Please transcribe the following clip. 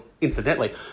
incidentally